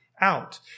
out